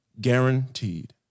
guaranteed